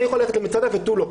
אני יכול ללכת למצדה ותו לא,